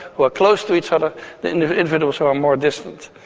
who are close to each other than individuals who are more distant.